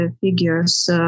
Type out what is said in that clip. figures